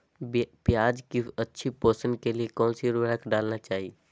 प्याज की अच्छी पोषण के लिए कौन सी उर्वरक डालना चाइए?